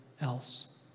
else